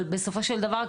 אבל בסופו של דבר,